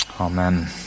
Amen